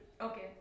okay